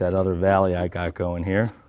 that other valley i got going here